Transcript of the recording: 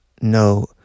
no